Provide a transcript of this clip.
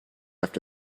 left